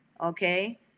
okay